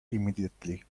immediately